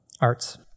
arts